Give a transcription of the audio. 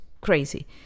crazy